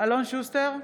אלון שוסטר,